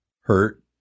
hurt